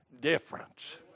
difference